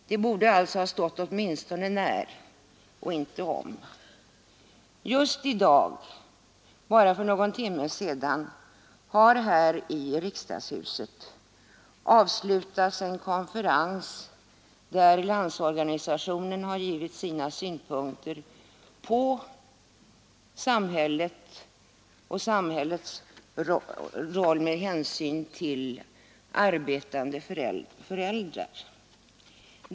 Det borde alltså ha stått åtminstone ”när” och inte ”om”. Just i dag bara för någon timme sedan har här i riksdagshuset avslutats en konferens där Landsorganisationen har givit sina synpunkter på det föränderliga samhällets roll med speciell hänsyn till arbetande föräldrar.